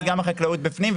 אז גם החקלאות בפנים,